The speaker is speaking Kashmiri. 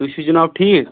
تُہۍ چھو جناب ٹھیٖک